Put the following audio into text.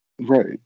right